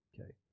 Okay